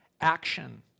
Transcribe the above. action